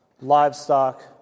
livestock